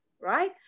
right